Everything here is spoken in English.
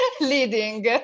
leading